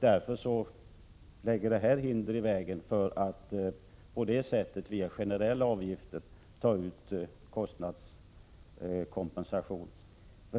Det lägger hinder i vägen för att genom generella avgifter ta ut en kostnadskompensation.